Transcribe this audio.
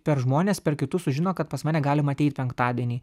per žmones per kitus sužino kad pas mane galima ateit penktadienį